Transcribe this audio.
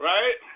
Right